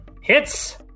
Hits